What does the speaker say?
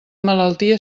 malaltia